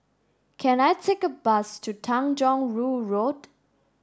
can I take a bus to Tanjong Rhu Road